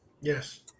Yes